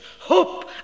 hope